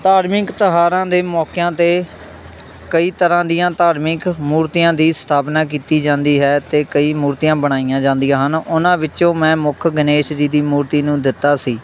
ਧਾਰਮਿਕ ਤਿਉਹਾਰਾਂ ਦੇ ਮੌਕਿਆਂ 'ਤੇ ਕਈ ਤਰ੍ਹਾਂ ਦੀਆਂ ਧਾਰਮਿਕ ਮੂਰਤੀਆਂ ਦੀ ਸਥਾਪਨਾ ਕੀਤੀ ਜਾਂਦੀ ਹੈ ਅਤੇ ਕਈ ਮੂਰਤੀਆਂ ਬਣਾਈਆਂ ਜਾਂਦੀਆਂ ਹਨ ਉਹਨਾਂ ਵਿੱਚੋਂ ਮੈਂ ਮੁੱਖ ਗਣੇਸ਼ ਜੀ ਦੀ ਮੂਰਤੀ ਨੂੰ ਦਿੱਤਾ ਸੀ